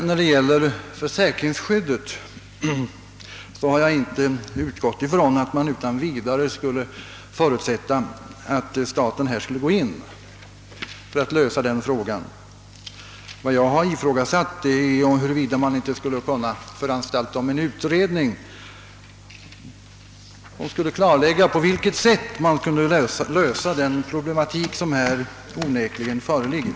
När det gäller försäkringsskyddet har jag inte utgått från att det utan vidare skulle förutsättas att staten härvidlag skall träda in och lösa frågan. Vad jag har ifrågasatt är huruvida man inte skulle kunna föranstalta om en utredning, som skulle klarlägga på vilket sätt man bäst kunde lösa den problematik som här onekligen föreligger.